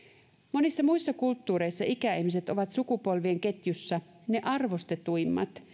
monissa muissa kulttuureissa ikäihmiset ovat sukupolvien ketjussa ne arvostetuimmat